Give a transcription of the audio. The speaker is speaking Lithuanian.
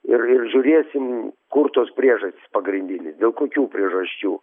ir ir žiūrėsim kur tos priežastys pagrindinės dėl kokių priežasčių